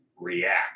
react